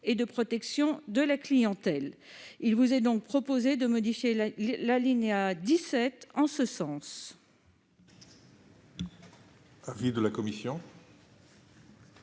et de protection de la clientèle. Il vous est donc proposé de modifier l'alinéa 17 en ce sens. Quel est l'avis de la commission ?